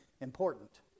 important